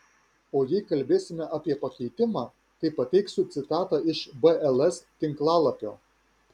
o jei kalbėsime apie pakeitimą tai pateiksiu citatą iš bls tinklalapio